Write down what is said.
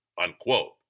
unquote